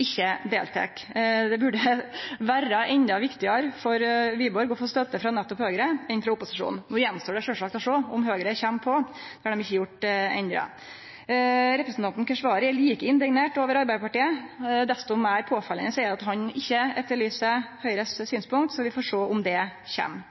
ikkje deltek. Det burde heller vere viktigare for Wiborg å få støtte frå nettopp Høgre enn frå opposisjonen. Nå står det sjølvsagt att å sjå om Høgre kjem på, det har dei ikkje gjort ennå. Representanten Keshvari er like indignert over Arbeidarpartiet. Desto meir påfallande er det at han ikkje etterlyser synspunkta til Høgre. Vi får sjå om det kjem.